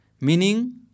Meaning